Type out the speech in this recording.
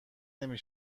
نمی